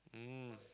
mm